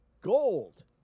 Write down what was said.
gold